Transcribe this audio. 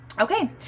Okay